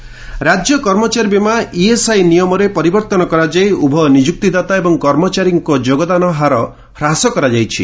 ESI rate ରାଜ୍ୟ କର୍ମଚାରୀ ବୀମା ଇଏସ୍ଆଇ ନିୟମରେ ପରିବର୍ତ୍ତନ କରାଯାଇ ଉଭୟ ନିଯୁକ୍ତିଦାତା ଏବଂ କର୍ମଚାରୀଙ୍କ ଯୋଗଦାନ ହାର ହ୍ରାସ କରାଯାଇଛି